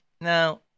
Now